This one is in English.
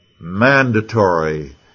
mandatory